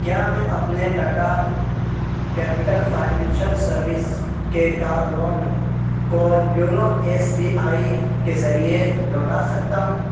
کیا میں اپنے ٹاٹا کیپٹل فائننشل سروس کے کار لون کو یونو ایس بی آئی کے ذریعے لوٹا سکتا ہوں